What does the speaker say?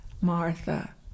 Martha